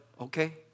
okay